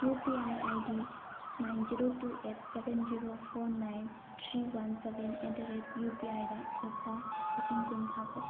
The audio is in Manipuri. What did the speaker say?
U P I I D nine zero two eight seven zero four nine three one seven eight ꯗ ꯔꯦꯠ ꯌꯨ ꯄꯤ ꯑꯥꯏꯗ ꯂꯨꯄꯥ ꯂꯤꯁꯤꯡ ꯀꯨꯟ ꯊꯥꯈꯣ